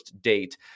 date